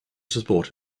support